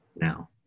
now